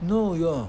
no yeah